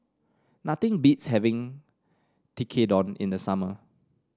nothing beats having Tekkadon in the summer